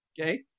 Okay